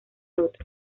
otro